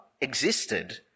existed